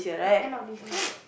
end of this year